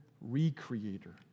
re-creator